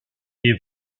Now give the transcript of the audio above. est